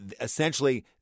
essentially